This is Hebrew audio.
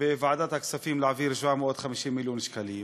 בוועדת הכספים להעביר 750 מיליון שקלים,